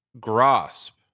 grasp